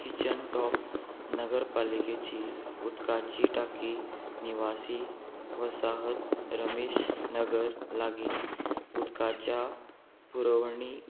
kitchen top नगरपालिकेची उदकाची टाकी निवासी वसाहत रमेश नगर लागीं उदकाच्या पुरवणी